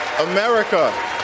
America